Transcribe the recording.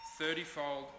thirtyfold